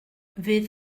fydd